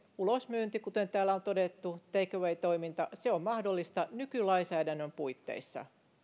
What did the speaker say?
ulosmyynti kuten täällä on todettu take away toiminta on mahdollista nykylainsäädännön puitteissa